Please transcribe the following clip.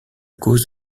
cause